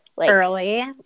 early